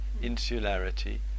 insularity